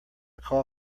call